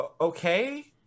okay